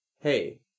Hey